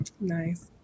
Nice